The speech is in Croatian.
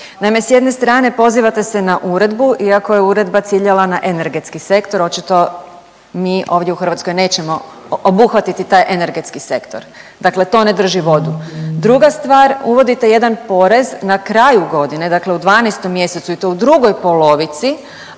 Naime, sa jedne strane pozivate se na uredbu iako je uredba ciljala na energetski sektor, očito mi ovdje u Hrvatskoj nećemo obuhvatiti taj energetski sektor. Dakle, to ne drži vodu. Druga stvar, uvodite jedan porez na kraju godine dakle u 12 mjesecu i to u drugoj polici